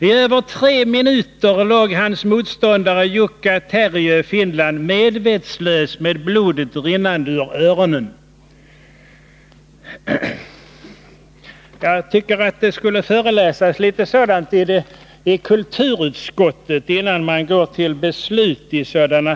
I över tre minuter låg hans motståndare, Jukka Terriö, Finland, medvetslös med blodet rinnande ur öronen.” Jag tycker att det borde föreläsas litet i kulturutskottet om sådant här innan man går till beslut i ett ärende som detta.